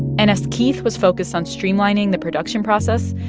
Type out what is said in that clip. and as keith was focused on streamlining the production process,